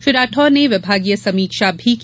श्री राठौर ने विभागीय समीक्षा भी की